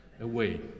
away